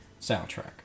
soundtrack